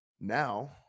now